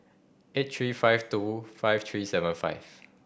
eight three five two five three seven five